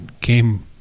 came